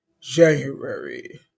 January